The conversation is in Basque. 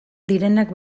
direnak